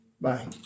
Bye